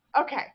Okay